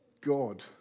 God